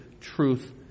truth